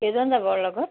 কেইজন যাব আৰু লগত